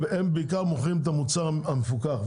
הם מוכרים בעיקר את המוצר המפוקח,